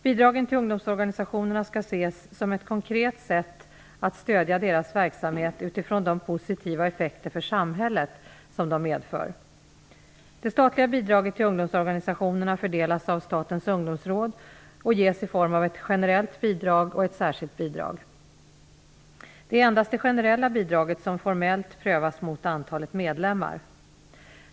Bidragen till ungdomsorganisationerna skall ses som ett konkret sätt att stödja deras verksamhet utifrån de positiva effekter för samhället som de medför. Det statliga bidraget till ungdomsorganisationerna fördelas av Statens ungdomsråd och ges i form av ett generellt bidrag och ett särskilt bidrag. Det är endast det generella bidraget som formellt prövas mot antalet medlemmar.